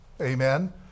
Amen